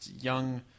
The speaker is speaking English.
young